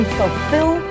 fulfill